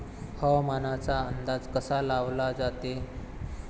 हवामानाचा अंदाज कसा लावला जाते?